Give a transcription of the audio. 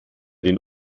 den